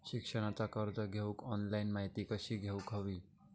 शिक्षणाचा कर्ज घेऊक ऑनलाइन माहिती कशी घेऊक हवी?